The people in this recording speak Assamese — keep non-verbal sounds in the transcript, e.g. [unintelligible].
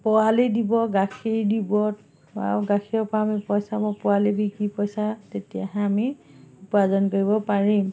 পোৱালি দিব গাখীৰ দিব আৰু গাখীৰৰ পৰা আমি পইচা [unintelligible] পোৱালি বিকি পইচা তেতিয়াহে আমি উপাৰ্জন কৰিব পাৰিম